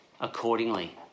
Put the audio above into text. accordingly